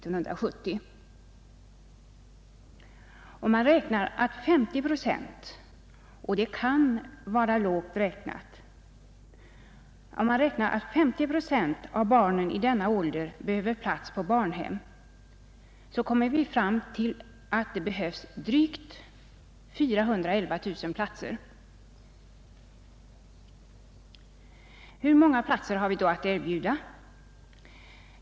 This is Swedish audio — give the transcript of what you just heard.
Om man räknar med att 50 procent av barnen i denna ålder behöver plats på daghem — och det kan vara lågt räknat — kommer man fram till att det behövs drygt 411 000 platser. Hur många platser har vi då att erbjuda?